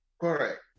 Correct